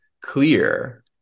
clear